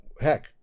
heck